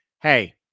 hey